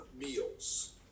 meals